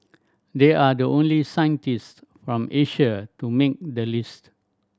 they are the only scientist from Asia to make the list